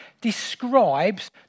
describes